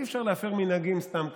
אי-אפשר להפר מנהגים סתם ככה.